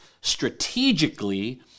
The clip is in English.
strategically